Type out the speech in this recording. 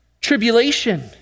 Tribulation